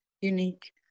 unique